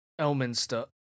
Elminster